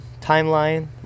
timeline